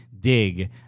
Dig